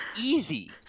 easy